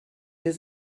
has